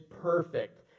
perfect